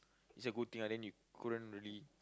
it's good thing ah then you couldn't really